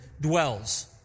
dwells